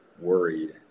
worried